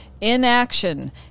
Inaction